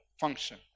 function